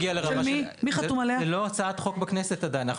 רגע, זה לא הגיע לרמה של הצעת החוק בכנסת עדיין.